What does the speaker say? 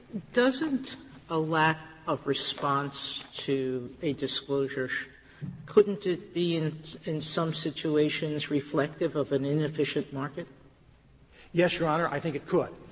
doesn't a lack of response to a disclosure couldn't it be in in some situations reflective of an inefficient market? boies yes, your honor, i think it could.